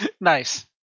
Nice